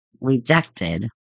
rejected